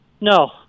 No